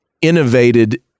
innovated